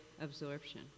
absorption